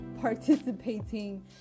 participating